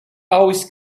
always